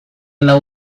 lau